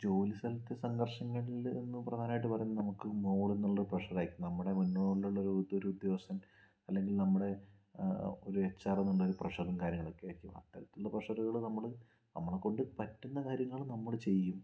ജോലി സ്ഥലത്തെ സംഘർഷങ്ങളിൽ എന്ന് പ്രധാനമായിട്ട് പറഞ്ഞാൽ നമുക്ക് മോള്ന്നുള്ള പ്രേഷറായിരിക്കും നമ്മുടെ മൂന്നോട്ടുള്ള ഒരുദ്യോഗസ്ഥൻ അല്ലെങ്കിൽ നമ്മടെ ഒരു എച്ച്ആറിൽന്നുള്ള ഒരു പ്രേഷറും കാര്യങ്ങളൊക്കെയായിരിക്കും അത്തരത്തിലുള്ള പ്രേഷറുകള് നമ്മള് നമ്മളെകൊണ്ട് പറ്റുന്ന കാര്യങ്ങള് നമ്മള് ചെയ്യും